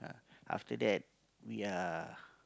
after that we are